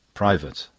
private.